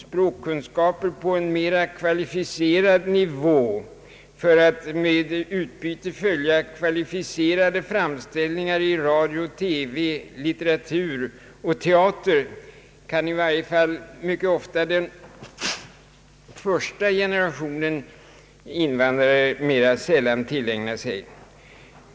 Språkkunskaper på en mera kvalificerad nivå för ait med utbyte följa kvalificerade framställningar i radio, TV, litteratur och teater kan i varje fall den första generationen invandrare mera sällan tillägna sig.